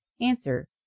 Answer